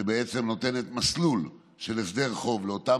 שבעצם נותנת מסלול של הסדר חוב לאותם